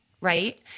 right